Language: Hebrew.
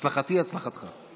הצלחתי, הצלחתך.